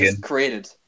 Created